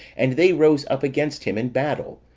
and they rose up against him in battle,